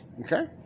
okay